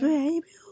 Baby